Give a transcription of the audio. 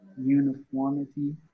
uniformity